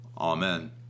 amen